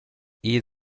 ehe